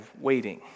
waiting